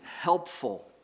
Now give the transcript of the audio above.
helpful